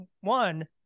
one